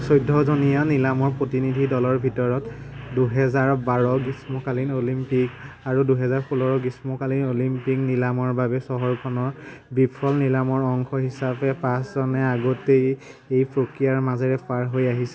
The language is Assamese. চৈধ্যজনীয়া নিলামৰ প্ৰতিনিধি দলৰ ভিতৰত দুহেজাৰ বাৰৰ গ্ৰীষ্মকালীন অলিম্পিক আৰু দুহেজাৰ ষোল্ল গ্ৰীষ্মকালীন অলিম্পিক নিলামৰ বাবে চহৰখনৰ বিফল নিলামৰ অংশ হিচাপে পাঁচজনে আগতেই এই প্ৰক্ৰিয়াৰ মাজেৰে পাৰ হৈ আহিছে